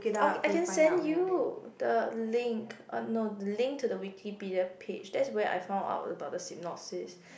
oh I can send you the link oh no the link to the Wikipedia page that's where I found out about the synopsis